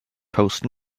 post